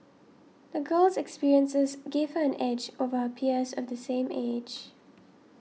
the girl's experiences gave her an edge over her peers of the same age